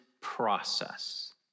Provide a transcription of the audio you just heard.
process